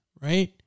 right